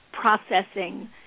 processing